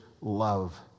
love